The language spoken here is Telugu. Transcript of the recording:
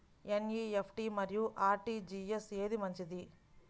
ఎన్.ఈ.ఎఫ్.టీ మరియు అర్.టీ.జీ.ఎస్ ఏది మంచిది?